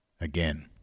Again